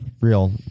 real